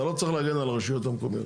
אתה לא צריך להגן על הרשויות המקומיות.